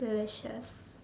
delicious